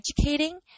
educating